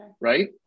Right